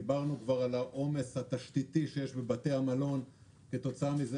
דיברנו כבר על העומס התשתיתי שיש בבתי המלון כתוצאה מכך